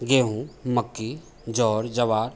गेहूँ मक्का जौ जवार